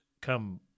Come